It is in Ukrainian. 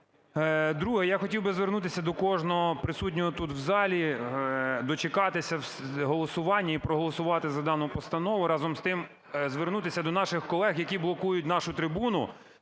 Друге. Я хотів би звернутися до кожного присутнього тут, у залі, дочекатися голосування і проголосувати за дану постанову. Разом з тим, звернутися до наших колег, які блокують нашу трибуну: